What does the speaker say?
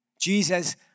Jesus